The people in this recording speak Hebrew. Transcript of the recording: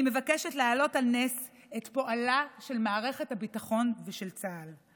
אני מבקשת להעלות על נס את פועלם של מערכת הביטחון ושל צה"ל.